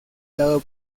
dado